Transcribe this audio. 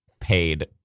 Paid